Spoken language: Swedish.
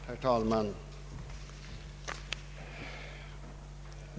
Herr talman!